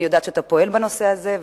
ואני יודעת שאתה פועל בנושא הזה,